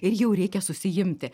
ir jau reikia susiimti